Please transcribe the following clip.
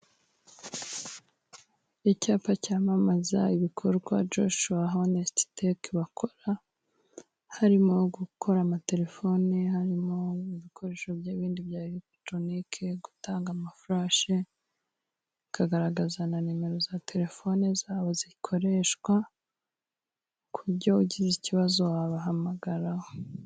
Icyapa cyamamaza ibikorwa Joshuwa honesiti teke bakora, harimo gukora amatelefoni, harimo ibikoresho bindi bya eregitoronike, gutanga amafurashi, bikagaragaza na nimero za telefoni zabo zikoreshwa, ku buryo ugize ikibazo wabahamagaraho.